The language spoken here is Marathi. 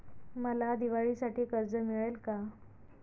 मला दिवाळीसाठी कर्ज मिळेल का?